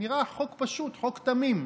נראה חוק פשוט, חוק תמים,